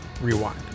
Rewind